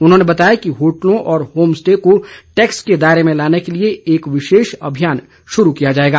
उन्होंने बताया कि होटलों और होमस्टे को टैक्स के दायरे में लाने के लिए एक विशेष अभियान शुरू किया जाएगा